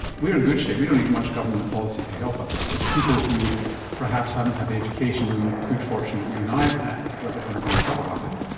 we're in good shape, we don't need much government policy to help us. it's people who perhaps haven't had the education and good fortune that you and i have had that are going to be in trouble, aren't they?